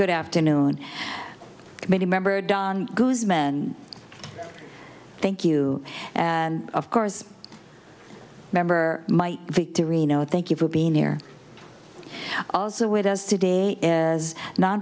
good afternoon committee member don guzmn thank you and of course member might victory no thank you for being here also with us today as no